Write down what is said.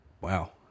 wow